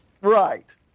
right